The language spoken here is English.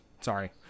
Sorry